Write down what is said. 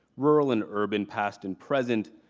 rural and urban, past and present.